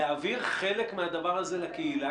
להעביר חלק מהדבר הזה לקהילה,